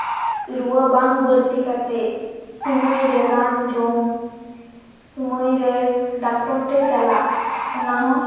ᱨᱩᱣᱟᱹ ᱵᱟᱝ ᱵᱟᱹᱲᱛᱤ ᱠᱟᱛᱮ ᱥᱚᱢᱚᱭ ᱨᱮ ᱨᱟᱱ ᱡᱚᱢ ᱥᱚᱢᱚᱭᱨᱮ ᱰᱟᱠᱴᱚᱨ ᱴᱷᱮᱱ ᱪᱟᱞᱟᱜ ᱚᱱᱟᱦᱚᱸ